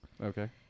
Okay